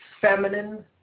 feminine